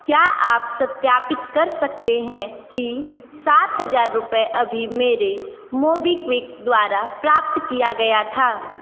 क्या आप सत्यापित कर सकते हैं कि सात हज़ार रुपये अभी मेरे मोबीक्विक द्वारा प्राप्त किया गया था